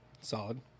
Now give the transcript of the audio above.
Solid